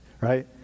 Right